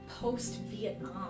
post-Vietnam